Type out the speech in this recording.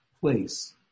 place